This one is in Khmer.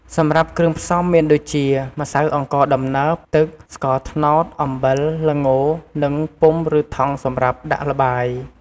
សម្រាប់គ្រឿងផ្សំមានដូចជា ម្សៅអង្ករដំណើប ទឹក ស្ករត្នោត អំបិល ល្ង និងពុម្ពឬថង់សម្រាប់ដាក់ល្បាយ។